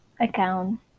account